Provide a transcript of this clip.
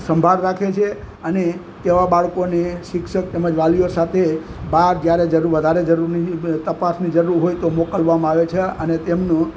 સંભાળ રાખે છે અને તેવાં બાળકોને શિક્ષક તેમજ વાલીઓ સાથે બહાર જ્યારે જરુર વધારે જરૂરની તપાસની જરૂર હોય તો મોકલવામાં આવે છે અને તેમનું